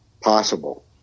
possible